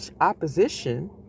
opposition